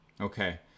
Okay